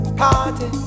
party